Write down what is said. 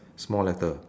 small letter